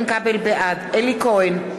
בעד אלי כהן,